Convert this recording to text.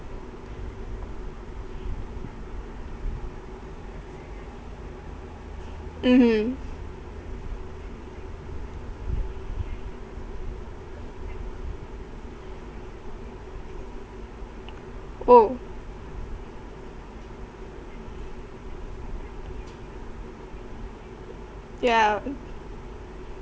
mmhmm oh yeah